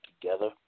together